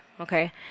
okay